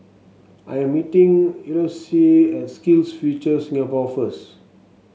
I am meeting Elouise at SkillsFuture Singapore first